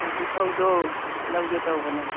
ꯊꯣꯏꯕꯤ ꯐꯧꯗꯣ ꯂꯧꯒꯦ ꯇꯧꯕꯅꯤ